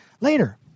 later